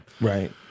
Right